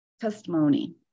testimony